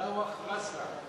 "דָוַּח רַאסנא".